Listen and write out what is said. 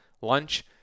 lunch